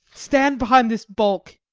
stand behind this bulk